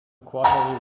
quarterly